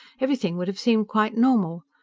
everything would have seemed quite normal,